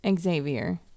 xavier